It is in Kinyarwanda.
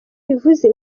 ubivuze